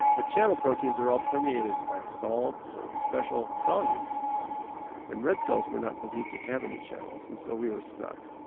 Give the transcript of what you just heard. and but channel proteins are all permeated by salts or special solutes and red cells were not believed to have any channels and so we were stuck.